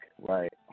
right